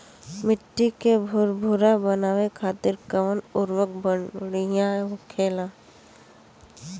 मिट्टी के भूरभूरा बनावे खातिर कवन उर्वरक भड़िया होखेला?